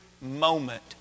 moment